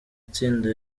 itsinda